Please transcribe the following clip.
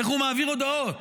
איך הוא מעביר הודעות